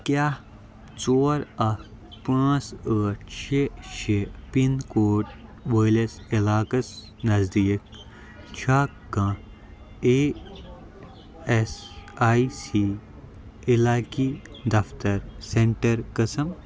کیٛاہ ژور اَکھ پانٛژھ ٲٹھ شےٚ شےٚ پِن کوڈ وٲلِس علاقس نٔزدیٖک چھا کانٛہہ اےٚ ایس آٮٔۍ سی علاقی دفتر سینٹر قٕسم